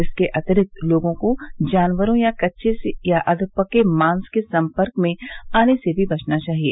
इसके अतिरिक्त लोगों को जानवरों या कच्चे या अधपके मास के संपर्क में आने से भी बचना चाहिए